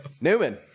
newman